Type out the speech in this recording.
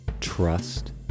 trust